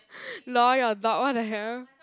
lol your dog what the hell